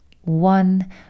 one